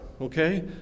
okay